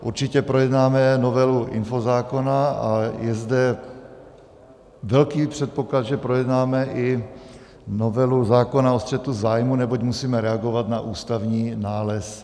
Určitě projednáme novelu infozákona a je zde velký předpoklad, že projednáme i novelu zákona o střetu zájmů, neboť musíme reagovat na ústavní nález.